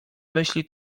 myśli